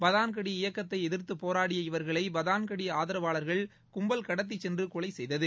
பதான்கடி இயக்கத்தை எதிர்த்து போராடிய இவர்களை பதான்கடி ஆதரவு கும்பல் கடத்தி சென்று கொலை செய்தது